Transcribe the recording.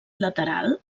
lateral